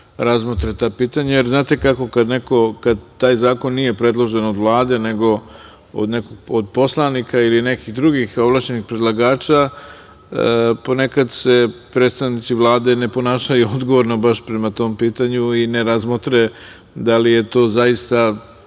razmotre ta pitanja. Znate kako, kada neko, kada taj zakon nije predložen od Vlade, nego od poslanika ili nekih drugih ovlašćenih predlagača, ponekad se predstavnici Vlade ne ponašaju odgovorno baš prema tom pitanju i ne razmotre da li je to zaista